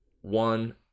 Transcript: one